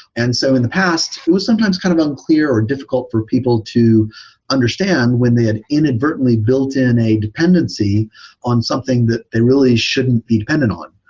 and so in the past, it was sometimes kind of unclear or difficult for people to understand when they had inadvertently built in a dependency on something that they really shouldn't be dependent on.